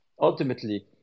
ultimately